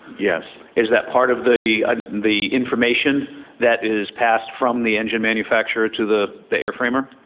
yes. is that part of the ah the information that is passed from the engine manufacturer to the the airframer?